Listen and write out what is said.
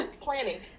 planning